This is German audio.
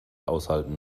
aushalten